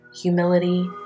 humility